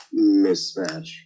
mismatch